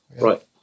Right